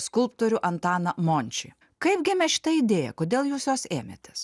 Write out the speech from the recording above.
skulptorių antaną mončį kaip gimė šita idėja kodėl jūs jos ėmėtės